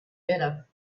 better